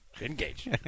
Engage